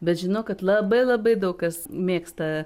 bet žinau kad labai labai daug kas mėgsta